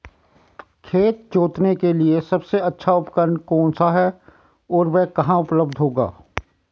खेत जोतने के लिए सबसे अच्छा उपकरण कौन सा है और वह कहाँ उपलब्ध होगा?